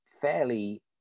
fairly